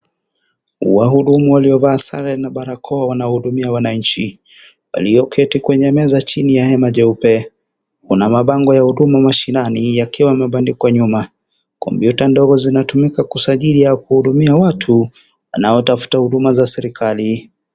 Wahudumu waliovaa sare na barakoa wanahudumia wananchi. walioketi kwenye meza chini ya hema cheupe, kuna mabango ya Huduma mashinani, yakiwa yamebandikwa nyuma. Kompyuta utndogo zinatumika kwa kusajili au kuhudumia watu wanaotafuta huduma za serikali.